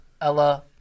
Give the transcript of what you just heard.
Ella